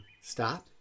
stop